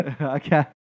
Okay